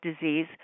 disease